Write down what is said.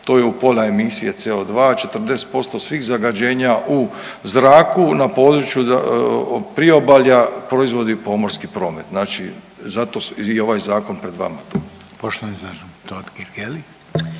to je u pola emisije CO2 40% svih zagađenja u zraku na području priobalja proizvodi pomorski promet znači zato je ovaj zakon pred vama.